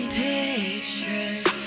pictures